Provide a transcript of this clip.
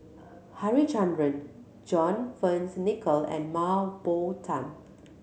Harichandra John Fearns Nicoll and Mah Bow Tan